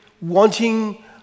wanting